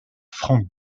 franck